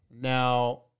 Now